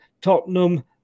Tottenham